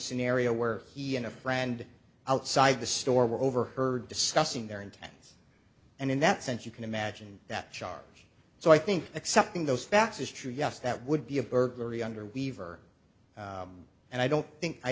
scenario where he and a friend outside the store were overheard discussing their intentions and in that sense you can imagine that charge so i think accepting those facts is true yes that would be a burglary under weaver and i don't think i